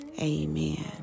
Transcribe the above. Amen